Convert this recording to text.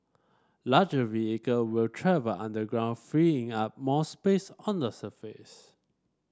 larger vehicle will travel underground freeing up more space on the surface